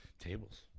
tables